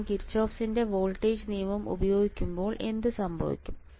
ഞാൻ കിർചോഫിന്റെ വോൾട്ടേജ് നിയമം ഉപയോഗിക്കുമ്പോൾ എന്ത് സംഭവിക്കും